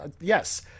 yes